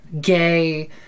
gay